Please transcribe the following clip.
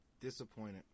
disappointed